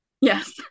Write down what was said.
Yes